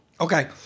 Okay